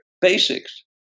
basics